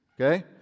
okay